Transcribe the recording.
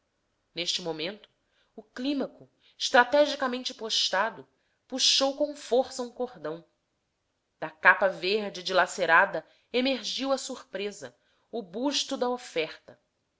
neste momento o clímaco estrategicamente postado puxou com força um cordão da capa verde dilacerada emergiu a surpresa o busto da oferta